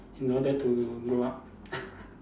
in order to grow up